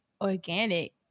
organic